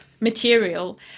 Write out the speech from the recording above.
material